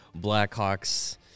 Blackhawks